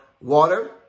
water